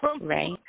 Right